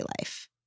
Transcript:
life